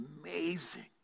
amazing